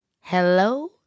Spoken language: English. Hello